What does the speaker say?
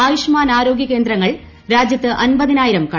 ആയുഷ്മാൻ ആരോഗ്യ കേന്ദ്രങ്ങൾ ്രാജ്യത്ത് അൻപതിനാ യിരം കടന്നു